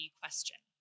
question